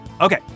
okay